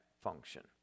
function